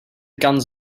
guns